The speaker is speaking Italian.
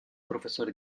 professore